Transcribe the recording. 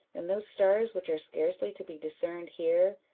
and those stars which are scarcely to be discerned here,